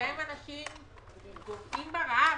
בהם אנשים גוועים ברעב,